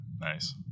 Nice